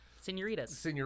Senoritas